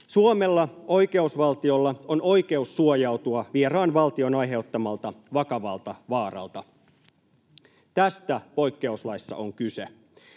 Suomella, oikeusvaltiolla, on oikeus suojautua vieraan valtion aiheuttamalta vakavalta vaaralta. Tästä poikkeuslaissa on kyse.